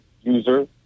user